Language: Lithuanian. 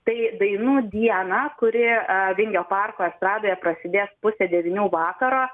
tai dainų diena kuri vingio parko estradoje prasidės pusę devynių vakaro